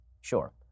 Sure